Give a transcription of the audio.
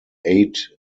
eight